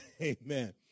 Amen